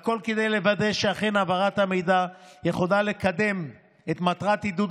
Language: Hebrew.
הכול כדי לוודא שאכן העברת המידע יכולה לקדם את מטרת עידוד